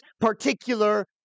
particular